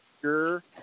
sure